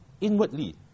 inwardly